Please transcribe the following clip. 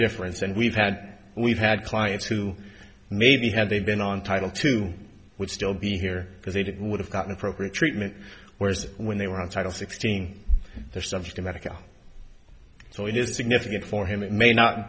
difference and we've had we've had clients who maybe had they been on title two would still be here because it would have gotten appropriate treatment whereas when they were on title sixteen they're subject america so it is significant for him it may not